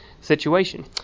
situation